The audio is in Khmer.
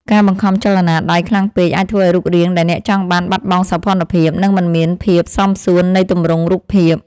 ការបង្ខំចលនាដៃខ្លាំងពេកអាចធ្វើឱ្យរូបរាងដែលអ្នកចង់បានបាត់បង់សោភ័ណភាព និងមិនមានភាពសមសួននៃទម្រង់រូបភាព។